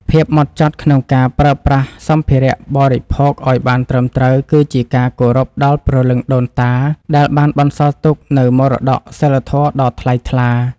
ភាពហ្មត់ចត់ក្នុងការប្រើប្រាស់សម្ភារៈបរិភោគឱ្យបានត្រឹមត្រូវគឺជាការគោរពដល់ព្រលឹងដូនតាដែលបានបន្សល់ទុកនូវមរតកសីលធម៌ដ៏ថ្លៃថ្លា។